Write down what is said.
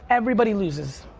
everybody loses.